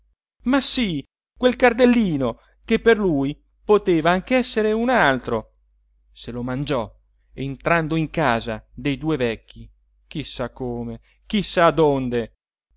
ma sì quel cardellino che per lui poteva anche essere un altro se lo mangiò entrando in casa dei due vecchi chi sa come chi sa donde